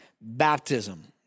baptism